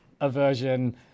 aversion